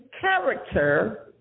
character